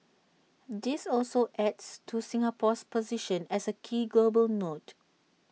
this also adds to Singapore's position as A key global node